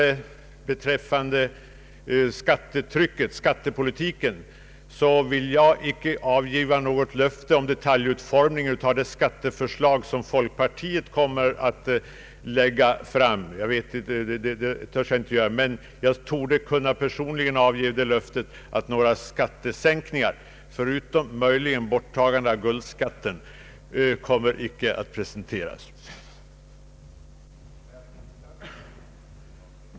Beträffande skattepolitiken vill jag inte avge något löfte om detaljutformningen av det skatteförslag som folkpartiet kommer att lägga fram — det kan jag inte. Men jag torde personligen kunna avge det löftet att några skattesänkningsförslag förutom möjligen förslaget om borttagande av guldskatten inte kommer att presenteras från min sida.